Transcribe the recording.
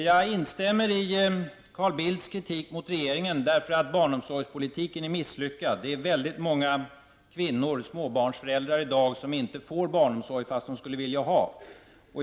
Jag instämmer i Carl Bildts kritik mot regeringen därför att barnomsorgspolitiken är misslyckad. Det är väldigt många kvinnor och småbarnsföräldrar i dag som inte får barnomsorg fast de skulle vilja ha det.